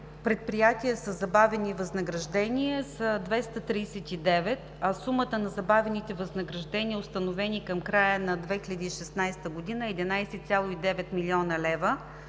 предприятия със забавени възнаграждения, са 239, а сумата на забавените възнаграждения, установени към края на 2016 г., е 11,9 млн. лв.,